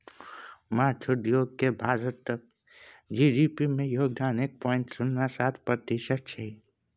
माछ उद्योग केर भारतक जी.डी.पी मे योगदान एक पॉइंट शुन्ना सात प्रतिशत छै